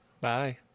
Bye